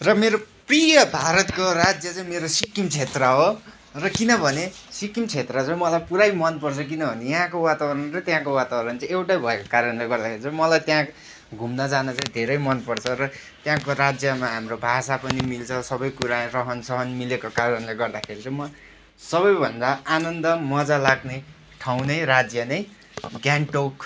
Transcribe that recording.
र मेरो प्रिय भारतको राज्य चाहिँ मेरो सिक्किम क्षेत्र हो र किनभने सिक्किम क्षेत्र चाहिँ मलाई पुरै मनपर्छ किनभने यहाँको वातावरण र त्यहाँको वातावरण चाहिँ एउटै भएको कारणले गर्दाखेरि चाहिँ मलाई त्यहाँ घुम्न जान चाहिँ धेरै मनपर्छ र त्यहाँको राज्यमा हाम्रो भाषा पनि मिल्छ सबै कुरा रहनसहन मिलेको कारणले गर्दाखेरि चाहिँ म सबैभन्दा आनन्द मजा लाग्ने ठाउँ नै राज्य नै अब गान्तोक